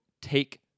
take